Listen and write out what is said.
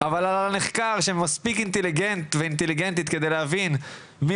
אבל על הנחקר שמספיק אינטליגנט כדי להבין מי